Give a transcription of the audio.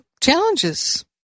challenges